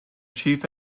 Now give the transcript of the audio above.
chief